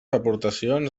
aportacions